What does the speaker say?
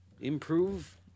improve